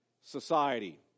society